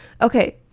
Okay